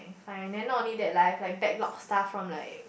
and like not only that lah if like back lock stuff one like